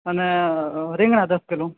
અને રીંગણાં દસ કિલો